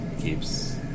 keeps